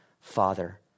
father